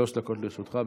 שלוש דקות לרשותך.